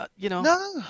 No